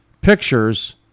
pictures